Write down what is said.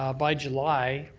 ah by july,